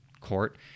court